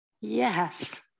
Yes